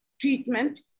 treatment